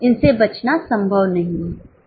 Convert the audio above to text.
इनसे बचना संभव नहीं है